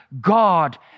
God